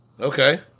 Okay